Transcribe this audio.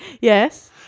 Yes